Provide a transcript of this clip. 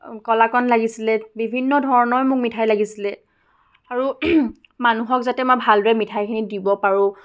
কলাকন লাগিছিলে বিভিন্ন ধৰণৰে মোক মিঠাই লাগিছিলে আৰু মানুহক যাতে মই ভালদৰে মিঠাইখিনি দিব পাৰোঁ